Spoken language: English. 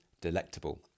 delectable